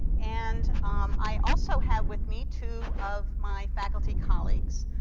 and um i also have with me two of my faculty colleagues.